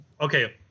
okay